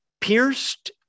pierced